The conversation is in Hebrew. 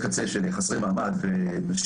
לא,